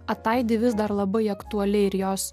ataidi vis dar labai aktualiai ir jos